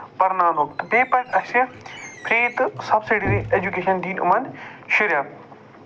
پَرناونُک تہٕ بیٚیہِ پزِ اَسہِ فرٛی تہٕ سَبسٔڈری اٮ۪جوکیشَن دِنۍ یِمَن شُرٮ۪ن